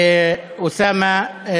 אוסאמה,